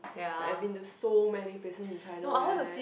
like I been do so many places in China eh